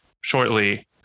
shortly